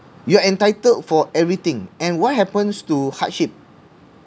you are entitled for everything and what happens to hardship